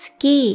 Ski